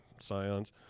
scions